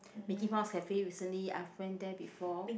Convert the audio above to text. Mickey Mouse cafe recently I've went there before